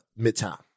Midtown